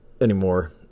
anymore